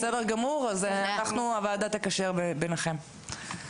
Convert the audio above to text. בסדר גמור, אז הוועדה תקשר ביניכם.